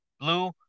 blue